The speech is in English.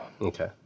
Okay